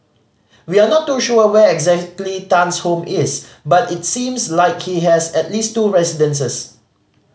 we are not too sure where exactly Tan's home is but it seems like he has at least two residences